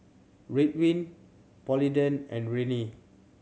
Ridwind Polident and Rene